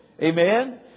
Amen